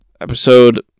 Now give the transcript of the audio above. Episode